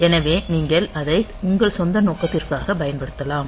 எனவே நீங்கள் அதை உங்கள் சொந்த நோக்கத்திற்காக பயன்படுத்தலாம்